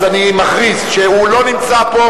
אז אני מכריז שהוא לא נמצא פה.